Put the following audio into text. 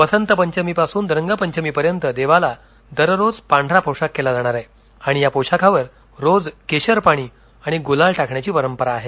आज पासून रगपचमी पर्यत देवाला दररोज पाढरा पोशाख केला जाणार आहे आणि या पोशाखावर रोज केशर पाणी आणि गुलाल टाकण्याची परंपरा आहे